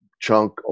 chunk